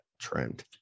trend